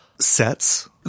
sets